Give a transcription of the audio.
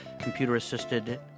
computer-assisted